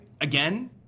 Again